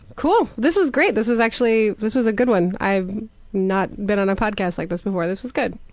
cool, this was great, this was actually, this was a good one. i've not been on a podcast like this before. this was good.